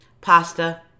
pasta